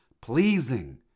pleasing